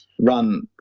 run